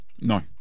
No